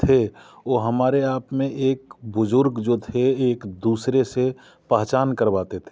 थे वो हमारे आप में एक बुजुर्ग जो थे एक दूसरे से पहचान करवाते थे